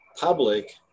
public